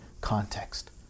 context